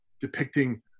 depicting